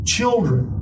Children